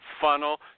funnel